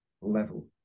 level